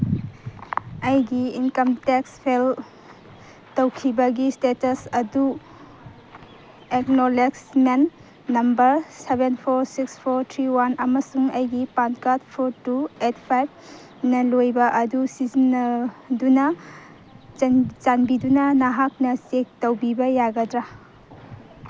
ꯑꯩꯒꯤ income tax file ꯇꯧꯈꯤꯕꯒꯤ status ꯑꯗꯨ acknowledgement number seven four six four three one ꯑꯃꯁꯨꯡ ꯑꯩꯒꯤ PAN card four two eight ꯐꯥꯏꯚꯅ ꯂꯣꯏꯕ ꯑꯗꯨ ꯁꯤꯖꯤꯟꯅꯗꯨꯅ ꯆꯥꯟꯕꯤꯗꯨꯅ ꯅꯍꯥꯛꯅ ꯆꯦꯛ ꯇꯧꯕꯤꯕ ꯌꯥꯒꯗ꯭ꯔꯥ